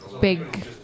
big